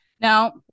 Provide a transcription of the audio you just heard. Now